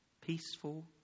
peaceful